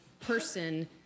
person